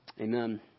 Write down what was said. Amen